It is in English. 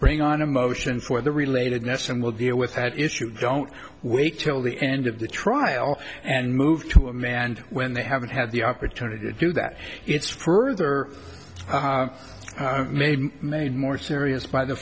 bring on a motion for the relatedness and we'll deal with that issue don't wait till the end of the trial and move to a man and when they haven't had the opportunity to do that it's further made made more serious by the